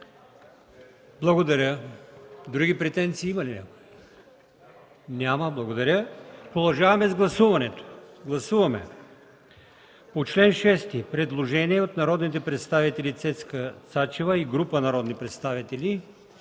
Благодаря. Други претенции има ли някой? Няма. Благодаря. Продължаваме с гласуването. Гласуваме по чл. 6 предложение от народните представители Цецка Цачева и група народни представители,